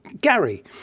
Gary